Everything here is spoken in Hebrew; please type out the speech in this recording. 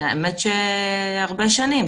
האמת היא שהרבה שנים.